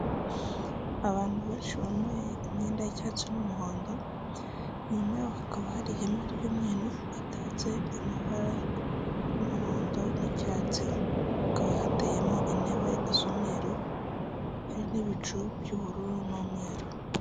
Abantu benshi bambaye imyenda y'icyatsi n'umuhondo inyuma yaho hakaba hari ihema ry'umweru, ritatse amabara y'umuhondo n'icyatsi, hakaba hateyemo intebe z'umweru hari n'ibicu by'ubururu n'umweru.